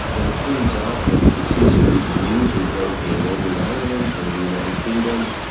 and it turns out that the c series wings are built in northern ireland, part of the united kingdom,